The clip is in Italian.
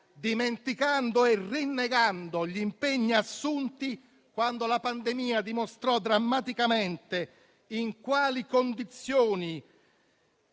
dimenticando e rinnegando gli impegni assunti quando la pandemia dimostrò drammaticamente le condizioni